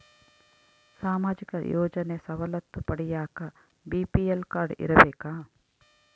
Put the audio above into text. ಸಾಮಾಜಿಕ ಯೋಜನೆ ಸವಲತ್ತು ಪಡಿಯಾಕ ಬಿ.ಪಿ.ಎಲ್ ಕಾಡ್೯ ಇರಬೇಕಾ?